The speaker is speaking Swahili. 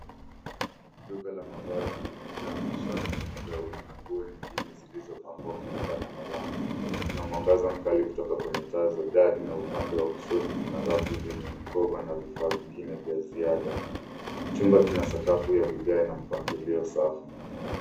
Duka la mavazi limejaa mashati, magauni na nguo nyingine zilizopangwa kulingana na rangi. Kuna mwangaza mkali kutoka kwenye taa za dari na upande wa kushoto kuna rafu zenye mkoba na vifaa vingine vya ziada. Chumba kina sakafu ya vigae na mpangilio safi.